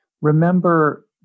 remember